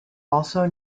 also